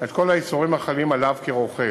את כל האיסורים החלים עליו כרוכב.